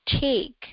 Take